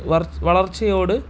വളർച്ചയോട്